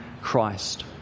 Christ